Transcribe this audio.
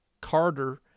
Carter